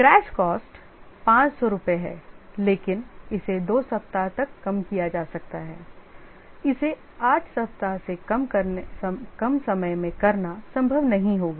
Crash cost 500 रुपये है लेकिन इसे 2 सप्ताह तक कम किया जा सकता हैइसे 8 सप्ताह से कम समय में करना संभव नहीं होगा